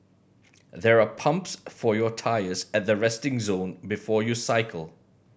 there are pumps for your tyres at the resting zone before you cycle